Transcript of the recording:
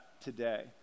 today